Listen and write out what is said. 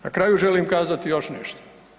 Na kraju želim kazati još nešto.